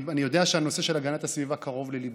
אני יודע שהנושא של הגנת הסביבה קרוב לליבך,